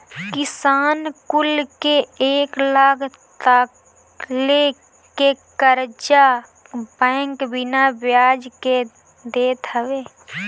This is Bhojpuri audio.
किसान कुल के एक लाख तकले के कर्चा बैंक बिना बियाज के देत हवे